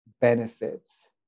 benefits